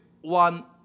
one